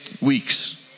weeks